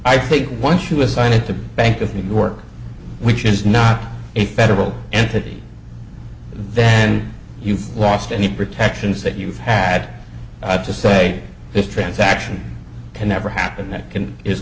i think once you assign it to the bank of new york which is not a federal entity then you've lost any protections that you've had to say this transaction can never happen that can is